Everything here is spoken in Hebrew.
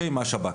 מהשב"כ.